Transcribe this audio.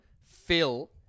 Phil